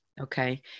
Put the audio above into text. okay